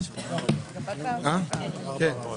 הישיבה ננעלה בשעה 12:46.